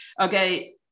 okay